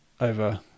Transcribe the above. over